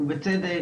בצדק,